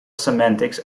semantics